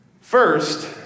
First